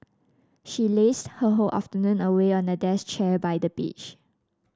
she lazed her whole afternoon away on a deck chair by the beach